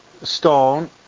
stone